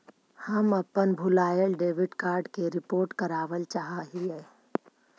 हम अपन भूलायल डेबिट कार्ड के रिपोर्ट करावल चाह ही